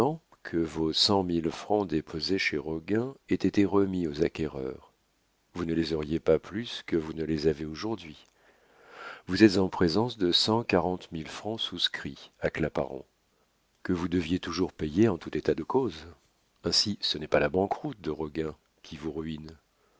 que vos cent mille francs déposés chez roguin aient été remis aux acquéreurs vous ne les auriez pas plus que vous ne les avez aujourd'hui vous êtes en présence de cent quarante mille francs souscrits à claparon que vous deviez toujours payer en tout état de cause ainsi ce n'est pas la banqueroute de roguin qui vous ruine